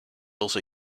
also